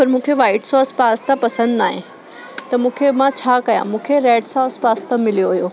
पर मूंखे white sauce pasta पसंदि न आहे त मूंखे मां छा कया मूंखे रैड सॉस पास्ता मिलियो हुओ